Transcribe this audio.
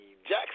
Jackson